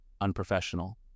unprofessional